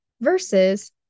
versus